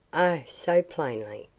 oh, so plainly.